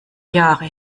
jahre